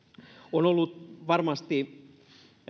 on ollut varmasti